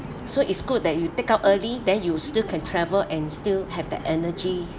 so it's good that you take out early then you still can travel and still have the energy